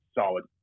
solid